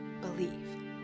Believe